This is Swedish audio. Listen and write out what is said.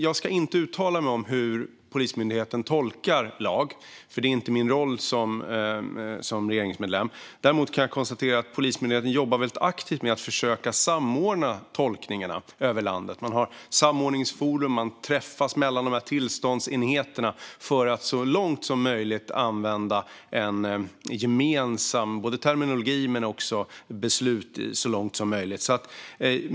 Jag ska inte uttala mig om hur Polismyndigheten tolkar lag. Det är inte min roll som regeringsmedlem. Däremot kan jag konstatera att Polismyndigheten jobbar aktivt med att försöka samordna tolkningarna över landet. Man har samordningsforum, och man träffas mellan tillståndsenheterna för att så långt det är möjligt använda gemensam terminologi men också fatta lika beslut.